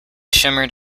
shimmered